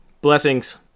blessings